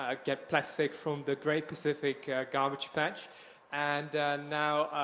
ah get plastic from the great pacific garbage patch and now,